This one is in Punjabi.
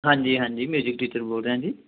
ਹਾਂਜੀ ਹਾਂਜੀ ਮਿਊਜ਼ਿਕ ਟੀਚਰ ਬੋਲ ਰਹੇ ਹਾਂ ਜੀ